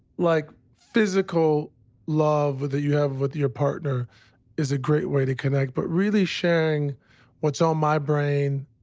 like physical love that you have with your partner is a great way to connect. but really sharing what's on my brain,